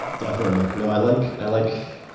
definitely. no, i like i like